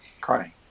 crying